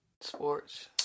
Sports